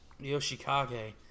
Yoshikage